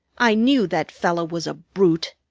i knew that fellow was a brute.